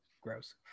gross